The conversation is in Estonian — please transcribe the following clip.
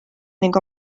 ning